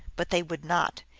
but they would not,